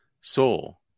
Soul